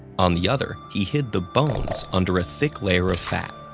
on the other, he hid the bones under a thick layer of fat.